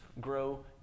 grow